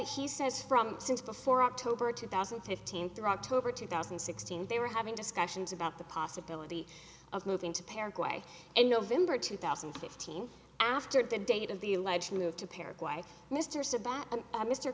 he says from since before october two thousand and fifteen through october two thousand and sixteen they were having discussions about the possibility of moving to paraguay in november two thousand and fifteen after date of the alleged move to paraguay mr